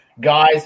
Guys